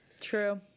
True